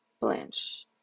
Blanche